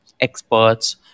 experts